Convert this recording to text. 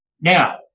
Now